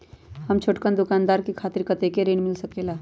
हम छोटकन दुकानदार के खातीर कतेक ऋण मिल सकेला?